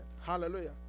Hallelujah